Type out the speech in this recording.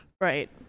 Right